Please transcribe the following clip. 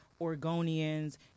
Oregonians